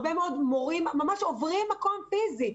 הרבה מאוד מורים עוברים מקום פיזית,